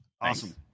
Awesome